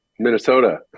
Minnesota